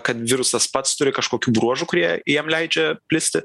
kad virusas pats turi kažkokių bruožų kurie jam leidžia plisti